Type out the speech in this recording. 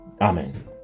Amen